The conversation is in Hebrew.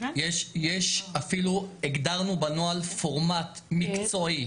אפילו הגדרנו בנוהל פורמט מקצועי,